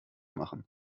machen